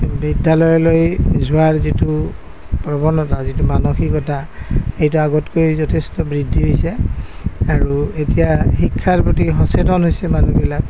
বিদ্যালয়লৈ যোৱাৰ যিটো প্ৰৱনতা যিটো মানসিকতা সেইটো আগতকৈ যথেষ্ট বৃদ্ধি হৈছে আৰু এতিয়া শিক্ষাৰ প্ৰতি সচেতন হৈছে মানুহবিলাক